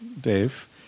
Dave